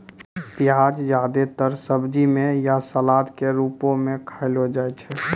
प्याज जादेतर सब्जी म या सलाद क रूपो म खयलो जाय छै